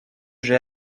j’ai